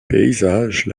paysages